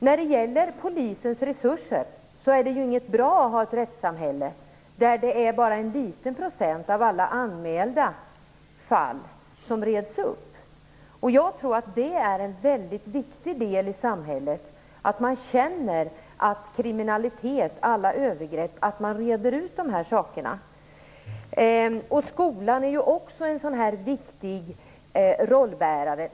När det gäller Polisens resurser är det inte bra att ha ett rättssamhälle där det bara är en liten andel av alla anmälda fall som reds ut. Jag tror att det är väldigt viktigt i samhället att man känner att alla fall av kriminalitet - alla övergrepp - reds ut. Skolan har också en viktig roll.